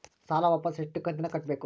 ಸಾಲ ವಾಪಸ್ ಎಷ್ಟು ಕಂತಿನ್ಯಾಗ ಕಟ್ಟಬೇಕು?